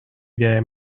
game